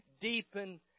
deepen